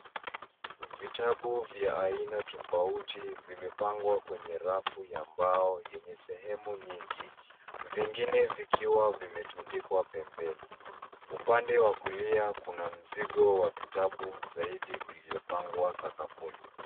Vitabu vya aina tofauti vimepangwa kwenye rafu ya mbao yenye sehemu nyingi, vingine vikiwa vimetundikwa pembeni. Upande wa kulia kuna mzigo wa vitabu zaidi, uliopangwa sakafuni.